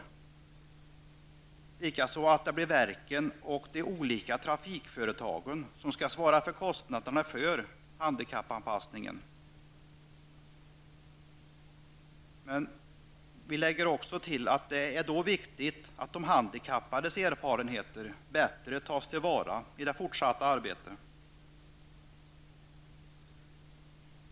Likaså skall det bli verken och de olika trafikföretagen som skall svara för kostnaderna för handikappanpassningen. Men vi lägger också till att det är viktigt att de handikappades erfarenheter bättre tas till vara i det fortsatta arbetet.